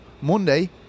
Monday